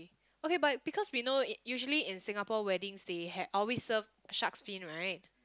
okay but because we know usually in Singapore weddings they has always serve shark's fin right